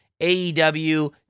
AEW